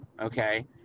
okay